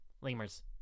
Lemurs